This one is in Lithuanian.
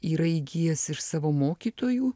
yra įgijęs iš savo mokytojų